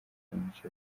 kenshi